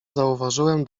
zauważyłem